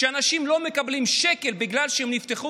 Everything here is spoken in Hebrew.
ואנשים לא מקבלים שקל בגלל שהם נפתחו